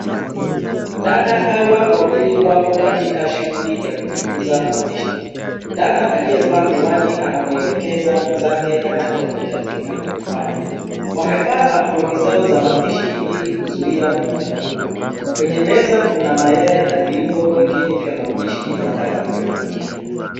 Dada hawa wawili wapo katika shughuli ya kujifunza mapishi. Dada aliyevaa miwani anamwelekeza mwenzake anachohitajika kufanya. Wamevaa aproni zao za mapishi ilikuzuia kuchafuka. Kwenye meza kuna mayai na viungo vingine vya mapishi watakavyotumia.